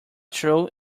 true